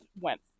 went